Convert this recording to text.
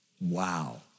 wow